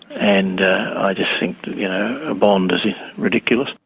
and i just think a bond is ridiculous.